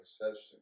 perception